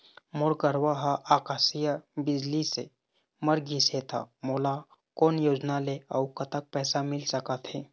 मोर गरवा हा आकसीय बिजली ले मर गिस हे था मोला कोन योजना ले अऊ कतक पैसा मिल सका थे?